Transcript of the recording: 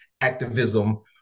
activism